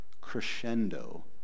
crescendo